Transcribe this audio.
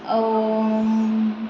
ଆଉ